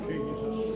Jesus